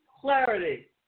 clarity